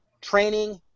training